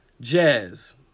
Jazz